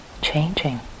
changing